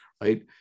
right